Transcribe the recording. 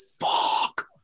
Fuck